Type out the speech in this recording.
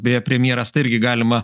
beje premjeras tai irgi galima